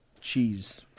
Cheese